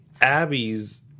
Abby's